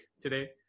today